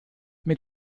mit